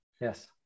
Yes